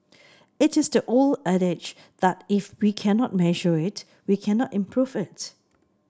it is the old adage that if we cannot measure it we cannot improve it